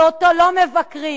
שאותו לא מבקרים,